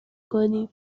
کنی